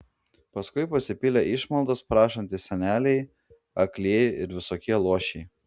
paskui pasipylė išmaldos prašantys seneliai aklieji ir visokie luošiai